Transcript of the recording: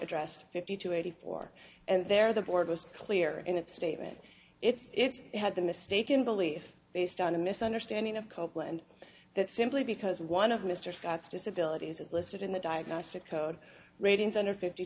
addressed fifty two eighty four and there the board was clear in its statement its had the mistaken belief based on a misunderstanding of copeland that simply because one of mr scott's disability is listed in the diagnostic code ratings under fifty